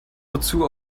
wozu